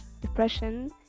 depression